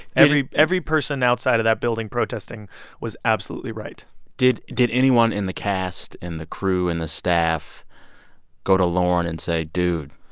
every every person outside of that building protesting was absolutely right did did anyone in the cast and the crew and the staff go to lorne and say, dude,